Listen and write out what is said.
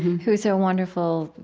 who's a wonderful,